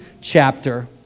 chapter